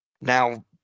Now